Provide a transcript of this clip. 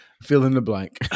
fill-in-the-blank